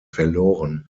verloren